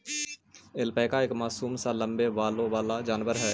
alpaca एक मासूम सा लम्बे बालों वाला जानवर है